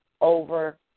over